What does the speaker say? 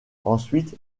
ensuite